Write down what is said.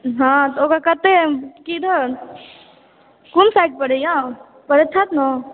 हँ तऽ ओकर कतेक किधर कोन साइड पड़ैए